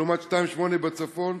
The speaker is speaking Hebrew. לעומת 2.8 בצפון,